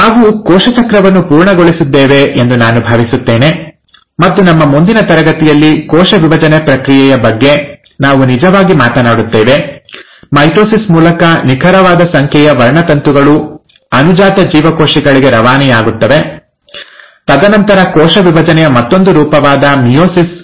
ನಾವು ಕೋಶ ಚಕ್ರವನ್ನು ಪೂರ್ಣಗೊಳಿಸಿದ್ದೇವೆ ಎಂದು ನಾನು ಭಾವಿಸುತ್ತೇನೆ ಮತ್ತು ನಮ್ಮ ಮುಂದಿನ ತರಗತಿಯಲ್ಲಿ ಕೋಶ ವಿಭಜನೆ ಪ್ರಕ್ರಿಯೆಯ ಬಗ್ಗೆ ನಾವು ನಿಜವಾಗಿ ಮಾತನಾಡುತ್ತೇವೆ ಮೈಟೊಸಿಸ್ ಮೂಲಕ ನಿಖರವಾದ ಸಂಖ್ಯೆಯ ವರ್ಣತಂತುಗಳು ಅನುಜಾತ ಜೀವಕೋಶಗಳಿಗೆ ರವಾನೆಯಾಗುತ್ತವೆ ತದನಂತರ ಕೋಶ ವಿಭಜನೆಯ ಮತ್ತೊಂದು ರೂಪವಾದ ಮಿಯೋಸಿಸ್